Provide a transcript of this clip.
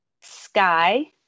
Sky –